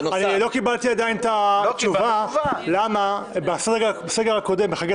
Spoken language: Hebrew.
לא קיבלתי עדיין תשובה למה בסגר הקודם בחגי